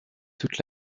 toute